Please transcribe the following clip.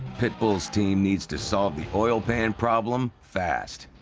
pitbull's team needs to solve the oil pan problem fast.